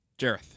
Jareth